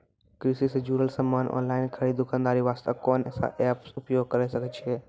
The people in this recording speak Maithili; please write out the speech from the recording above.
कृषि से जुड़ल समान ऑनलाइन खरीद दुकानदारी वास्ते कोंन सब एप्प उपयोग करें सकय छियै?